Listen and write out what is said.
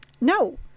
no